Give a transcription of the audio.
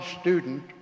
student